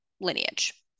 lineage